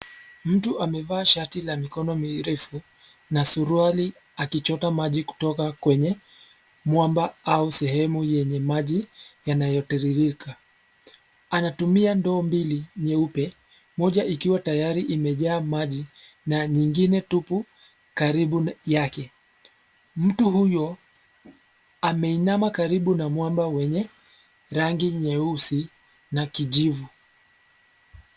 Mtu amevaa shati la mikono mirefu na suruali, akichota maji kutoka kwenye mwamba au sehemu yenye maji yanayotiririka. Anatumia ndoo mbili nyeupe; moja ikiwa tayari imejaa maji na nyingine tupu karibu yake. Mtu huyo ameinama karibu na mwamba wenye rangi nyeusi na kijivu.